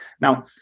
Now